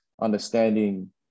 understanding –